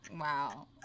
Wow